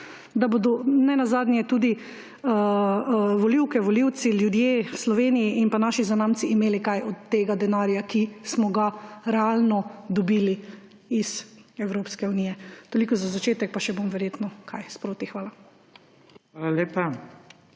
Da bodo, nenazadnje, tudi volivke in volivci, ljudje v Sloveniji in naši zanamci imeli kaj od tega denarja, ki smo ga realno dobili iz Evropske unije. Toliko za začetek, pa se bom verjetno v nadaljevanju še kaj